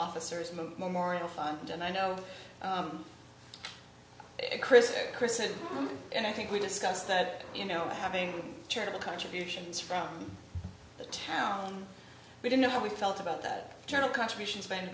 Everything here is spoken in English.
officers memorial fund and i know chris chris said and i think we discussed that you know having charitable contributions from the town we don't know how we felt about that gentle contribution